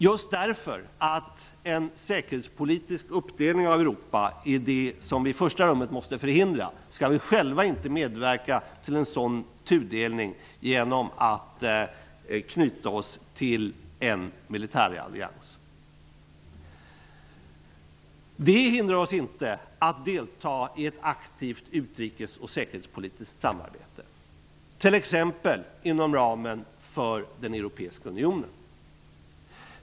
Just därför att en säkerhetspolitisk uppdelning av Europa är det som vi i första rummet måste förhindra skall vi själva inte medverka till en sådan tudelning genom att knyta oss till en militärallians. Det hindrar oss inte att delta i ett aktivt utrikes och säkerhetspolitiskt samarbete, t.ex. inom ramen för den europeiska unionen.